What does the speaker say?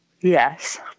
Yes